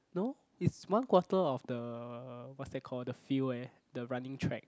no it's one quarter of the what's that call the field eh the running track